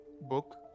book